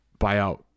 buyout